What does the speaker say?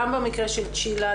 גם במקרה של צ'ילה,